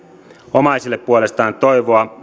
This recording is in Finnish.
omaisille puolestaan toivoa